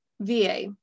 VA